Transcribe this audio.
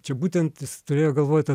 čia būtent jis turėjo galvoj tą